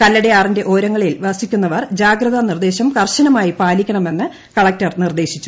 കല്പടയാറിന്റെ ഓരങ്ങളിൽ വസിക്കുന്നവർ ജാഗ്രത നിർദ്ദേശം കർശനമായി പാലിക്കണമെന്ന് കളക്ടർ നിർദ്ദേശിച്ചു